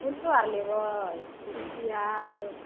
कुर्सो आर लेबै कुर्सी आर